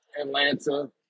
Atlanta